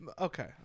Okay